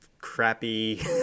crappy